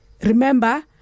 Remember